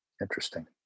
Interesting